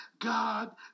God